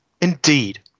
Indeed